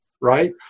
right